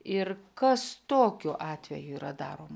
ir kas tokiu atveju yra daroma